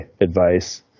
advice